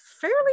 fairly